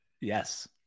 Yes